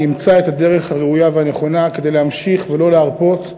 אני אמצא את הדרך הראויה והנכונה כדי להמשיך ולא להרפות,